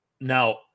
Now